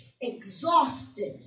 exhausted